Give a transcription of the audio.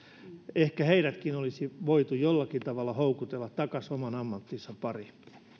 ehkä heidätkin olisi voitu jollakin tavalla houkutella takaisin oman ammattinsa pariin